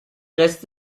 rest